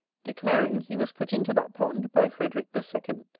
declaring he was put into that pond by frederick the second,